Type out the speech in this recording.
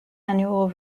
annual